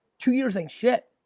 two years ain't shit.